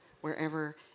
wherever